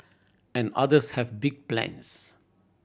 and others have big plans